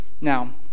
Now